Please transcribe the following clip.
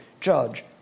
judge